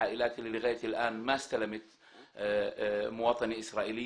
אני אישית אמרתי מעל במת הכנסת מספר פעמים שאני מתבייש כישראלי